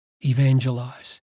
evangelize